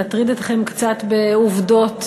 להטריד אתכם קצת בעובדות